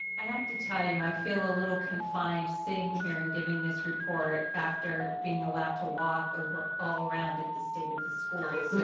i have to tell you, i feel a little confined sitting here and given this report after being allowed to walk over all around at the state of the schools.